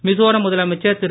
மிசோராம் முதலமைச்சர் திரு